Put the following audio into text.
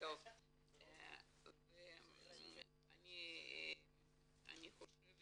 אני חושבת